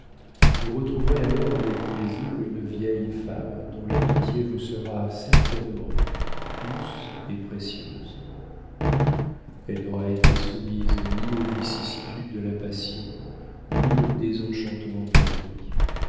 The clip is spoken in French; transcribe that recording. vous retrouverez alors avec plaisir une vieille femme dont l'amitié vous sera certainement douce et précieuse elle n'aura été soumise ni aux vicissitudes de la passion ni aux désenchantements de la vie